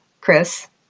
Chris